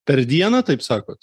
per dieną taip sakot